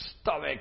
stomach